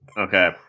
Okay